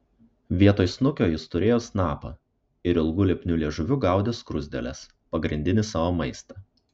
vietoj snukio jis turėjo snapą ir ilgu lipniu liežuviu gaudė skruzdėles pagrindinį savo maistą